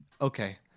Okay